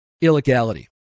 illegality